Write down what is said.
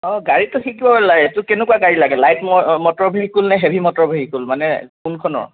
অঁ গাড়ীটো শিকিব লাগে এইটো কেনেকুৱা গাড়ী লাগে লাইট মটৰ ভেহিকুল নে হেভি মটৰ ভেহিকুল মানে কোনখনৰ